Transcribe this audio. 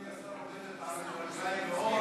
אדוני השר, עומדת על רגליים מאוד,